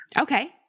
Okay